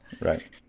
Right